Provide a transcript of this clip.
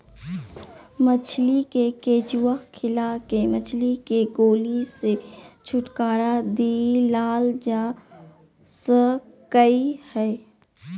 मछली के केंचुआ खिला के मछली के गोली से छुटकारा दिलाल जा सकई हई